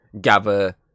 gather